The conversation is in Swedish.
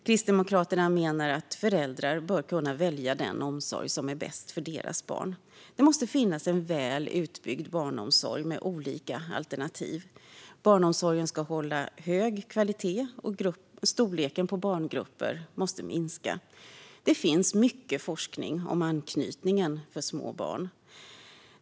Kristdemokraterna menar att föräldrar bör kunna välja den omsorg som är bäst för deras barn. Det måste finnas en väl utbyggd barnomsorg med olika alternativ. Barnomsorgen ska hålla hög kvalitet, och storleken på barngrupperna måste minska. Det finns mycket forskning om anknytningen för små barn.